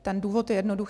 Ten důvod je jednoduchý.